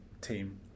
team